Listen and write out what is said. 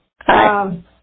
Hi